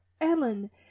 Ellen